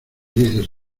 dices